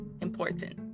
important